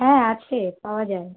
হ্যাঁ আছে পাওয়া যায়